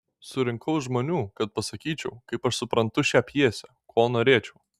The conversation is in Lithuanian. surinkau žmonių kad pasakyčiau kaip aš suprantu šią pjesę ko norėčiau